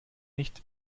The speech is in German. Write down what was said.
nicht